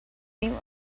new